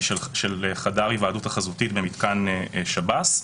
של חדר ההיוועדות החזותית במתקן שב"ס.